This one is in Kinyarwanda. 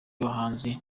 bahanzi